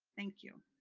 thank you.